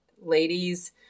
ladies